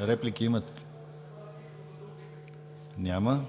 Реплики имате ли? Няма.